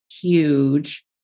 huge